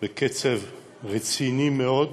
בקצב רציני מאוד,